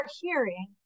hearing